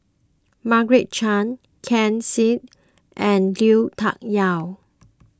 Margaret Chan Ken Seet and Lui Tuck Yew